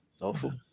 awful